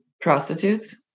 prostitutes